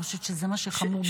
אני חושבת שזה מה שחמור במיוחד.